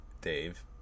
Dave